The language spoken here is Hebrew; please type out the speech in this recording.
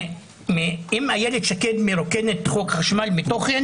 אם איילת שקד מרוקנת חוק חשמל מתוכן